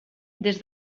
des